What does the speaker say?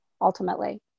ultimately